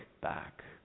back